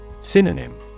Synonym